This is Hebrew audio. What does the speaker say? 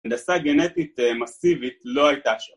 הנדסה גנטית מסיבית לא הייתה שם